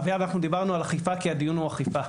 אביעד אנחנו דיברנו על אכיפה כי הדיון הוא אכיפה.